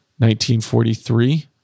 1943